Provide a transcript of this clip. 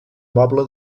moble